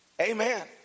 Amen